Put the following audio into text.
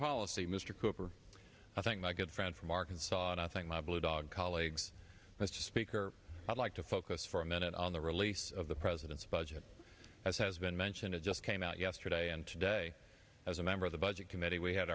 policy mr cooper i thank my good friend from arkansas and i thank my blue dog colleagues mr speaker i'd like to focus for a minute on the release of the president's budget as has been mentioned it just came out yesterday and today as a member of the budget committee we had